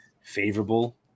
favorable